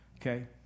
okay